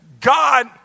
God